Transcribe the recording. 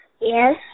Yes